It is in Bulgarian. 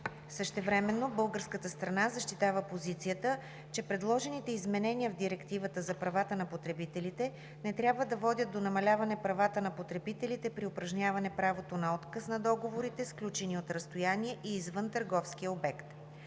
Същевременно българската страна защитава позицията, че предложените изменения в Директивата за правата на потребителите не трябва да водят до намаляване правата на потребителите при упражняване правото на отказ на договорите, сключени от разстояние и извън търговския обект.